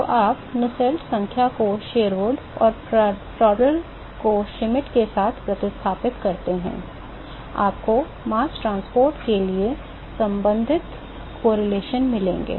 तो आप नुसेल्ट संख्या को शेरवुड और प्रांड्टल को श्मिट के साथ प्रतिस्थापित करते हैं आपको mass transport के लिए संबंधित सहसंबंध मिलेंगे